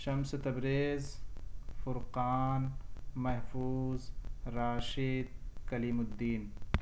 Shams Tabrez Furqan Mahfooz Rashid Kaleem Uddin